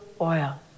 oil